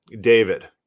David